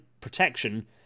protection